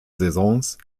saisons